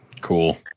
Cool